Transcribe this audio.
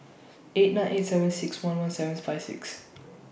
eight nine eight seven six one one seventh five six